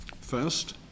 First